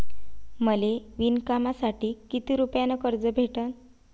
मले विणकामासाठी किती रुपयानं कर्ज भेटन?